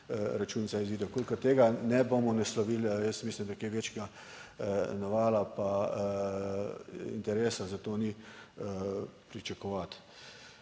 računica izide. V kolikor tega ne bomo naslovili, jaz mislim, da kaj večjega navala pa interesa za to ni pričakovati.